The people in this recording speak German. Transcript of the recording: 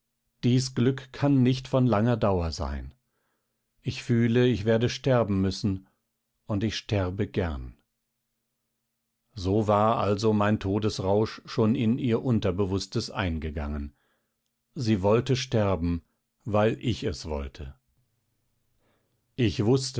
dies glück kann nicht von langer dauer sein ich fühle ich werde sterben müssen und ich sterbe gern so war also mein todesrausch schon in ihr unterbewußtes eingegangen sie wollte sterben weil ich es wollte ich wußte